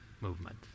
movement